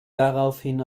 daraufhin